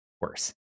worse